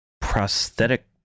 prosthetic